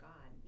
God